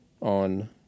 on